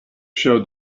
show